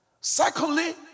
Secondly